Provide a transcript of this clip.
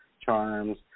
charms